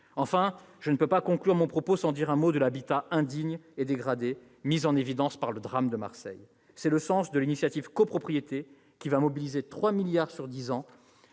Enfin, je ne peux conclure mon propos sans dire un mot de l'habitat indigne et dégradé, qui a été mis en évidence par le drame de Marseille. C'est le sens de l'initiative « copropriétés », qui mobilisera 3 milliards d'euros